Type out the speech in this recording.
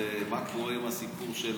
ומה קורה עם הסיפור של